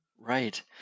Right